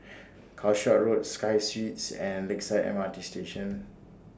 Calshot Road Sky Suites and Lakeside M R T Station